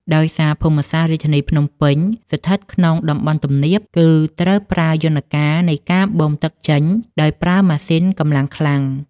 ដោយសារភូមិសាស្ត្ររាជធានីភ្នំពេញស្ថិតក្នុងតំបន់ទំនាប គឺត្រូវប្រើយន្តការនៃការបូមទឹកចេញដោយប្រើម៉ាស៊ីនកម្លាំងខ្លាំង។